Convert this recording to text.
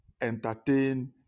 entertain